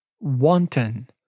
wanton